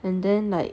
and then like